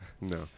No